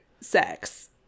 sex